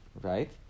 right